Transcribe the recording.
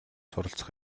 суралцах